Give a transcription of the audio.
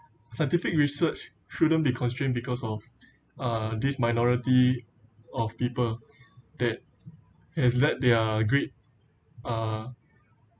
scientific research shouldn't be constrained because of uh this minority of people that have let their greed uh